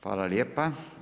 Hvala lijepa.